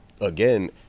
again